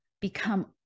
become